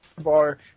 bar